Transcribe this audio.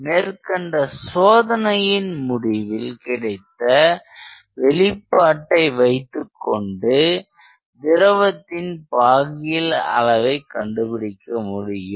மேற்கண்ட சோதனையின் முடிவில் கிடைத்த வெளிப்பாட்டை வைத்துக்கொண்டு திரவத்தின் பாகியல் அளவை கண்டுபிடிக்க முடியும்